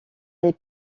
les